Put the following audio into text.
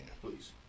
Please